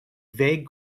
vague